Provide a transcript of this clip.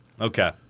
Okay